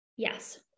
Yes